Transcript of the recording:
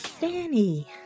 Danny